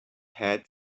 had